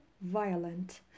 Violent